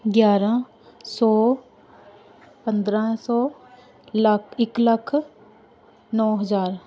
ਗਿਆਰ੍ਹਾਂ ਸੌ ਪੰਦਰ੍ਹਾਂ ਸੌ ਲੱਖ ਇੱਕ ਲੱਖ ਨੌਂ ਹਜ਼ਾਰ